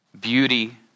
beauty